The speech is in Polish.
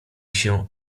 się